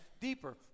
deeper